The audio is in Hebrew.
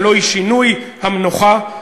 הלוא היא שינוי המנוחה,